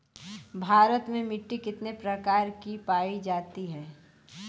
भारत में मिट्टी कितने प्रकार की पाई जाती हैं?